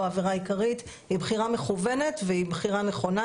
או עבירה עיקרית היא בחירה מכוונת והיא בחירה נכונה,